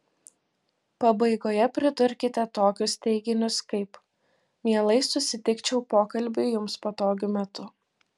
pabaigoje pridurkite tokius teiginius kaip mielai susitikčiau pokalbiui jums patogiu metu